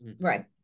Right